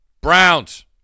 Browns